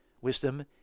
wisdom